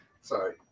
sorry